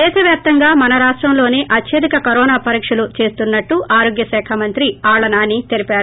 దేశ వ్యాప్తంగా మన రాష్టంలోనే అత్యధిక కరోనా పరీక్షలు చేస్తున్నట్టు ఆరోగ్య శాఖ మంత్రి ఆళ్ఛ నాని తెలిపారు